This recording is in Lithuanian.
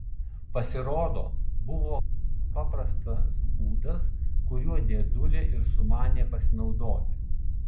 pasirodo buvo gana paprastas būdas kuriuo dėdulė ir sumanė pasinaudoti